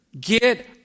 Get